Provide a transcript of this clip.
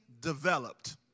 developed